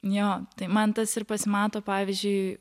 jo tai man tas ir pasimato pavyzdžiui